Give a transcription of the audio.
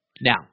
Now